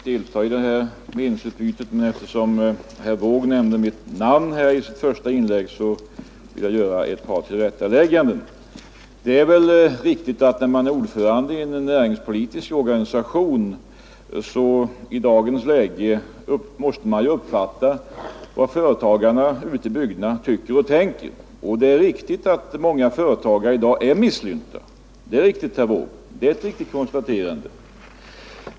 Herr talman! Jag hade inte tänkt delta i det här meningsutbytet, men eftersom herr Wååg i sitt första inlägg nämnde mitt namn, vill jag göra ett par tillrättalägganden. När man är ordförande i en näringspolitisk organisation, måste man i dagens läge uppfatta vad företagarna ute i bygderna tycker och tänker. Det är riktigt att många företagare i dag är misslynta, herr Wååg.